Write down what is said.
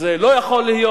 זה לא יכול להיות,